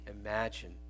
imagine